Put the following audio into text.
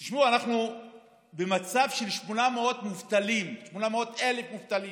תשמעו, אנחנו במצב של 800,000 מובטלים